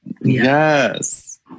Yes